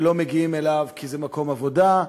ולא מגיעים אליו כי זה מקום עבודה,